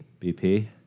BP